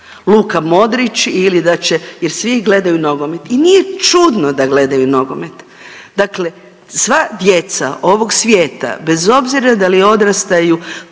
Luka Modrić ili da će, jer svi gledaju nogomet i nije čudno da gledaju nogomet. Dakle, sva djeca ovog svijeta bez obzira da li odrastaju